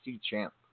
champ